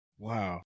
wow